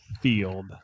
Field